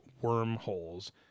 wormholes